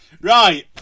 Right